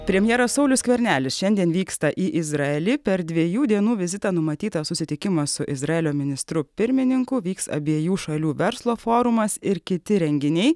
premjeras saulius skvernelis šiandien vyksta į izraelį per dviejų dienų vizitą numatytas susitikimas su izraelio ministru pirmininku vyks abiejų šalių verslo forumas ir kiti renginiai